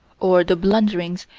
or the blunderings,